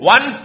One